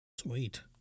Sweet